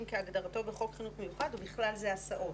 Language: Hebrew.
כהגדרתו בחוק חינוך מיוחד ובכלל זה הסעות.